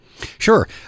Sure